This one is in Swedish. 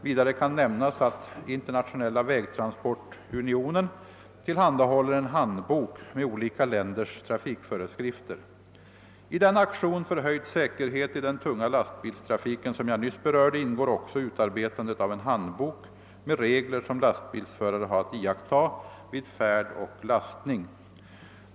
Vidare kan nämnas att Internationella vägtransportunionen tillhandahåller en handbok med olika länders trafikföreskrifter: I den aktion för höjd säkerhet i den tunga lastbilstrafiken som jag nyss berörde ingår också utarbetandet av en handbok med regler som lastbilsförare har att iaktta vid färd och lastning.